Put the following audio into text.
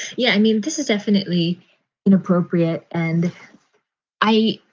yeah, i mean, this is definitely inappropriate, and i